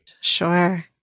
Sure